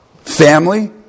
family